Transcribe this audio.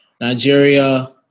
Nigeria